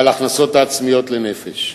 ועל ההכנסות העצמיות לנפש.